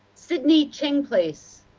sidney king, please.